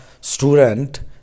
student